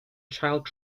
child